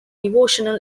devotional